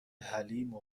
حلیم